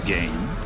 Game